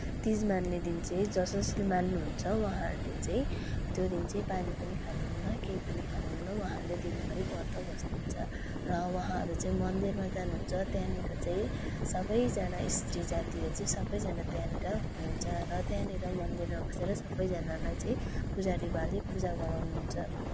तिज मान्ने दिन चाहिँ जस जसले मान्नुहुन्छ उहाँहरूले चाहिँ त्यो दुन चाहिँ पानी पनि खानुहुन्न केही पनि खानु हुन्न उहाँहरूले दिनभरी व्रत बस्नुहुन्छ र उहाँहरू चाहिँ मन्दिरमा जानुहुन्छ त्यहाँनिर चाहिँ सबैजना स्त्री जातिहरू चाहिँ सबैजना त्यहाँनिर हुनुहुन्छ र त्यहाँनिर मन्दिरमा बसेर सबैजनालाई चाहिँ पूजारी बाले पूजा गराउनुहुन्छ